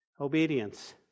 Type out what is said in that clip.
Obedience